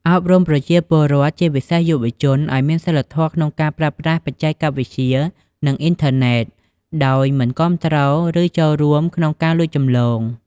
អប់រំប្រជាពលរដ្ឋ ជាពិសេសយុវជន ឱ្យមានសីលធម៌ក្នុងការប្រើប្រាស់បច្ចេកវិទ្យា និងអ៊ីនធឺណិត ដោយមិនគាំទ្រ ឬចូលរួមក្នុងការលួចចម្លង។